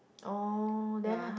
oh then how